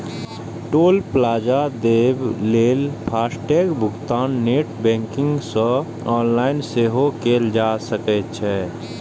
टोल plaza देबय लेल FASTag भुगतान नेट बैंकिंग सं ऑनलाइन सेहो कैल जा सकै छै